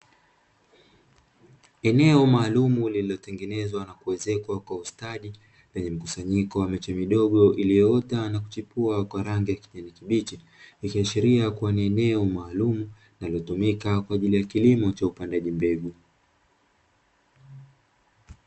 Eneo maalumu lililotengenezwa na kuwezekwa kwa ustadi lenye mkusanyiko wa miche midogo iliyoota na kuchepua kwa rangi ya kijani kibichi, ikiashiria kuwa ni eneo maalumu linalotumika kwa ajili ya kilimo cha upandaji mbegu.